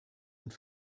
und